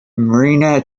marina